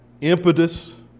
impetus